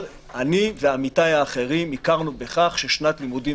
אבל אני ועמיתיי האחרים הכרנו בכך ששנת לימודים